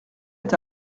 est